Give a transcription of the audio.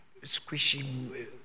squishy